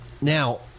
Now